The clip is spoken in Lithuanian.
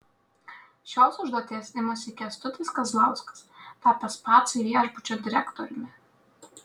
šios užduoties imasi kęstutis kazlauskas tapęs pacai viešbučio direktoriumi